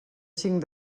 cinc